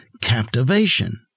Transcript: captivation